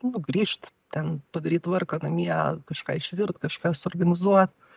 nu grįžt ten padaryt tvarką namie kažką išvirt kažką suorganizuot